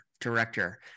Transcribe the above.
director